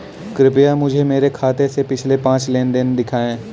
कृपया मुझे मेरे खाते से पिछले पाँच लेन देन दिखाएं